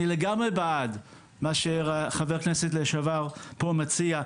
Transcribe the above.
אני לגמרי בעד מה שחבר הכנסת לשעבר פה מציע,